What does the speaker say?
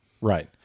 Right